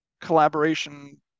collaboration